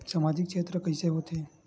सामजिक क्षेत्र के कइसे होथे?